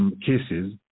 cases